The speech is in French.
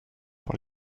pour